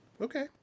Okay